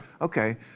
Okay